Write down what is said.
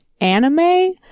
anime